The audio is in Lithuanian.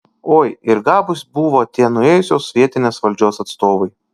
oi ir gabūs buvo tie nuėjusios vietinės valdžios atstovai